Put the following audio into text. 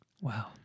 Wow